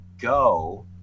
go